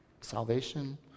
salvation